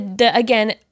Again